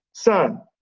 son,